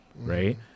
right